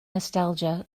nostalgia